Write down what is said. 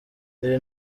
iri